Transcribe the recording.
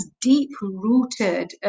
deep-rooted